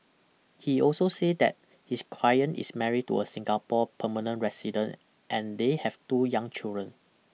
he also said that his client is married to a Singapore permanent resident and they have two young children